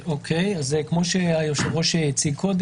כמו שהציג היושב-ראש,